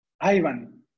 Ivan